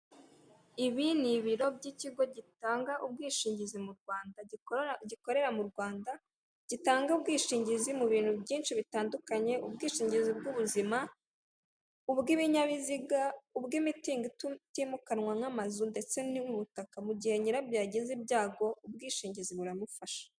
Ibi ni ibiro by'ikigo gitanga ubwishingizi mu Rwanda gikorera mu Rwanda, gitanga ubwishingizi mu bintu byinshi bitandukanye ubwishingizi bw'ubuzima, ubw'ibinyabiziga, ubw'imitungo itimukanwa nk'amazu ndetse n'ubutaka mu gihe nyirabwo yagize ibyago ubwishingizi buramufasha.